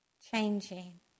changing